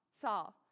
Saul